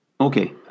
okay